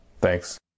Thanks